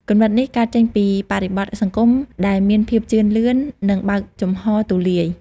គំនិតនេះកើតចេញពីបរិបទសង្គមដែលមានភាពជឿនលឿន និងបើកចំហទូលាយ។